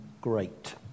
great